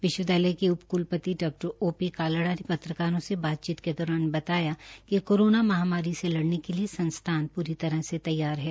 विश्व विदयालय के कुलपति डॉ ओ पी कालड़ा ने पत्रकारों से बातचीत दौरान बताया कि कोरोना महामारी से लड़ने के लिए संस्थान पूरी तरह से तैयार है